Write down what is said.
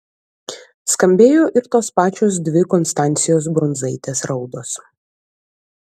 skambėjo ir tos pačios dvi konstancijos brundzaitės raudos